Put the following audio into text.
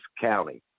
county